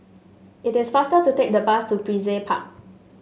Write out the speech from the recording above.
it is faster to take the bus to Brizay Park